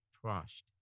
trust